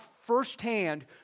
firsthand